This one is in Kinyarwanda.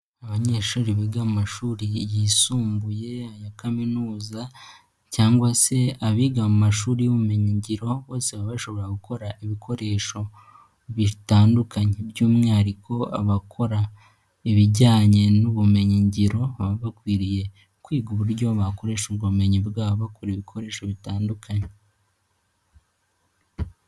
Abanyeshuri biga mu mashuri yisumbuye, aya kaminuza cyangwa se abiga mu mashuri y'ubumenyingiro, bose baba bashobora gukora ibikoresho bitandukanye, by'umwihariko abakora ibijyanye n'ubumenyi ngiro, baba bakwiriye kwiga uburyo bakoresha ubwo bumenyi bwa bokora ibikoresho bitandukanye.